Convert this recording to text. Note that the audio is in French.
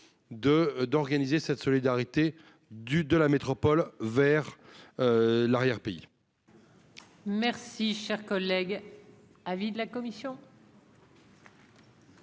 d'organiser cette solidarité du de la métropole vers l'arrière pays. Merci, cher collègue, avis de la commission.